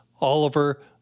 Oliver